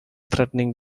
threatening